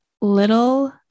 little